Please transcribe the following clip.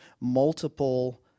multiple